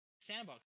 Sandbox